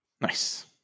Nice